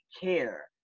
care